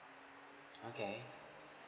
okay